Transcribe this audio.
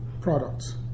products